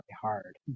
hard